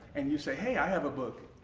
and you say hey, i have a book!